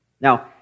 Now